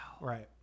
Right